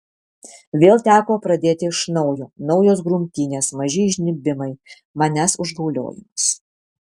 vėl teko pradėti iš naujo naujos grumtynės maži įžnybimai manęs užgauliojimas